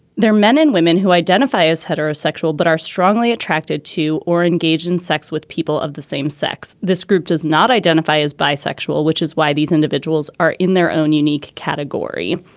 they're men and women who identify as heterosexual but are strongly attracted to or engaged in sex with people of the same sex. this group does not identify as bisexual, which is why these individuals are in their own unique category.